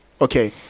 okay